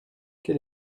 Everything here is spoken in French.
quel